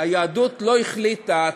היהדות לא החליטה,